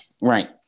Right